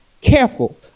careful